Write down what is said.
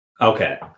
Okay